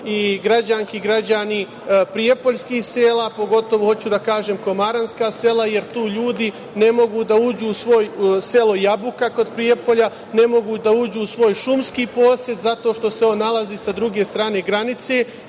i građanke i građani prijepoljskih sela, pogotovo hoću da kažem komaranska sela, jer tu ljudi ne mogu da uđu u selo Jabuka kod Prijepolja, ne mogu da uđu u svoj šumski posed zato što se on nalazi sa druge strane granice.